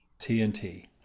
TNT